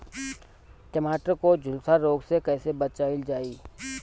टमाटर को जुलसा रोग से कैसे बचाइल जाइ?